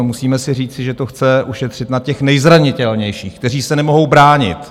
Musíme si říci, že to chce ušetřit na těch nejzranitelnějších, kteří se nemohou bránit.